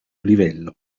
livello